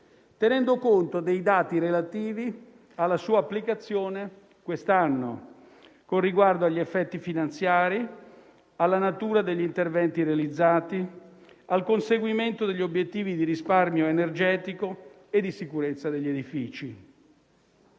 tenendo conto dei dati relativi alla sua applicazione quest'anno, con riguardo agli effetti finanziari, alla natura degli interventi realizzati, al conseguimento degli obiettivi di risparmio energetico e di sicurezza degli edifici.